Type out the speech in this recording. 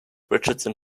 richardson